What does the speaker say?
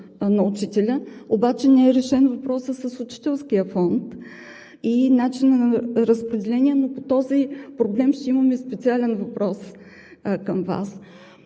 на учителя, обаче не е решен въпросът с Учителския фонд и начина на разпределение, но по този проблем ще имаме специален въпрос към Вас.